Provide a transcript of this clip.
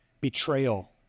betrayal